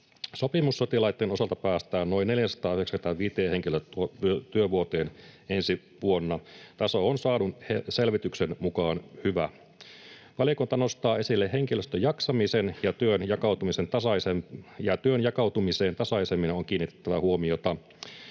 Sopimussotilaitten osalta päästään noin 495 henkilötyövuoteen ensi vuonna. Taso on saadun selvityksen mukaan hyvä. Valiokunta nostaa esille henkilöstön jaksamisen, ja työn jakautumiseen tasaisemmin on kiinnitettävä huomiota.